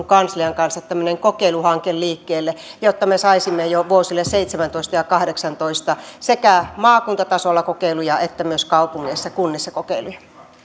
kanslian kanssa tämmöinen kokeiluhanke liikkeelle jotta me saisimme jo vuosille seitsemäntoista ja kahdeksantoista sekä maakuntatasolla kokeiluja että myös kaupungeissa ja kunnissa kokeiluja